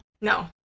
No